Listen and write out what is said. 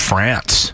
France